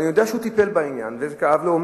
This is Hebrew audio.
ואני יודע שהוא טיפל בעניין ושזה כאב לו,